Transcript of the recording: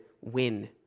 win